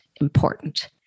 important